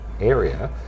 area